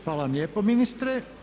Hvala vam lijepo ministre.